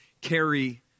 carry